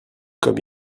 comme